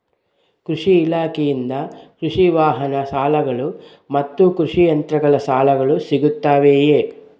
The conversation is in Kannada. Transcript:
ಕೃಷಿ ಇಲಾಖೆಯಿಂದ ಕೃಷಿ ವಾಹನ ಸಾಲಗಳು ಮತ್ತು ಕೃಷಿ ಯಂತ್ರಗಳ ಸಾಲಗಳು ಸಿಗುತ್ತವೆಯೆ?